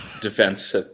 defense